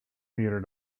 theatre